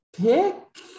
pick